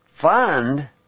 fund